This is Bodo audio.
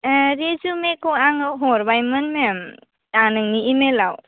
एह रिजुमेखौ आङो हरबायमोन मेम आ नोंनि इमेलाव